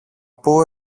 πού